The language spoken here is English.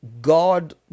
God